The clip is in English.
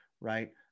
right